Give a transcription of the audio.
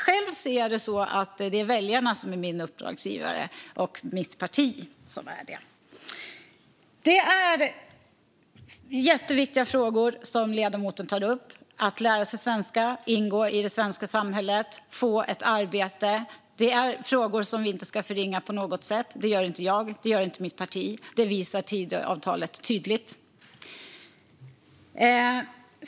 Själv ser jag det så att det är väljarna och mitt parti som är mina uppdragsgivare. Det är jätteviktiga frågor som ledamoten tar upp, nämligen att lära sig svenska, ingå i det svenska samhället och få ett arbete. Och det är frågor som vi inte ska förringa på något sätt. Det gör inte jag, och det gör inte mitt parti. Och det visar Tidöavtalet tydligt.